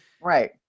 Right